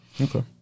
Okay